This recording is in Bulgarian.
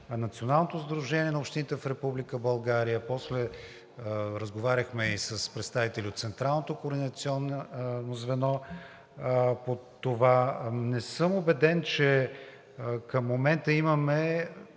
Националното сдружение на общините в Република България. После разговаряхме по това и с представители от централното координационно звено. Не съм убеден, че към момента имаме